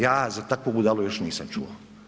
Ja za takvu budalu još nisam čuo.